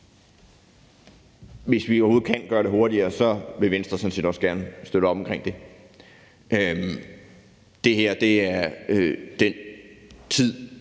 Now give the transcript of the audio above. Hvis vi overhovedet kan gøre det hurtigere, vil Venstre sådan set også gerne støtte op omkring det. Det her er den tid,